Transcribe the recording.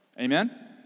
Amen